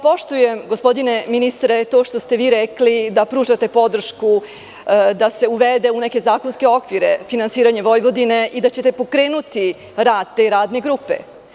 Poštujem, gospodine ministre, to što ste vi rekli da pružate podršku da se uvede u neke zakonske okvire finansiranje Vojvodine i da ćete pokrenuti rad te radne grupe.